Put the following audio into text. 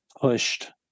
pushed